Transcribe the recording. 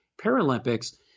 Paralympics